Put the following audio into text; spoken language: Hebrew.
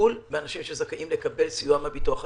טיפול באנשים שזכאים לקבל סיוע מן הביטוח הלאומי,